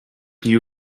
new